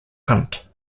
hunt